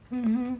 mmhmm